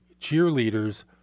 cheerleaders